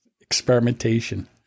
Experimentation